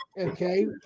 Okay